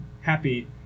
happy